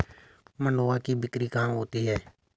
मंडुआ की बिक्री कहाँ होती है?